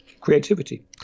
creativity